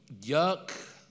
yuck